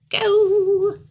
Go